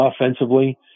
offensively